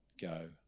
go